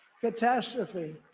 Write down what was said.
catastrophe